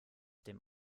dem